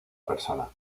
persona